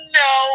no